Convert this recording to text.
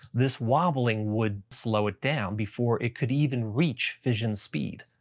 this wobbling would slow it down before it could even reach fission speed.